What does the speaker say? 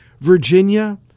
Virginia